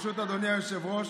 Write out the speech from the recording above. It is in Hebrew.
ברשות אדוני היושב-ראש,